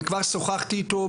אבל כבר שוחחתי איתו,